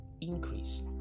increase